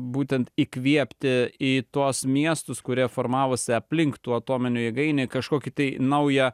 būtent įkvėpti į tuos miestus kurie formavosi aplink tų atominių jėgainių kažkokį tai naują